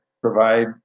provide